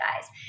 guys